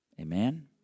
Amen